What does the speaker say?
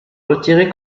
retirer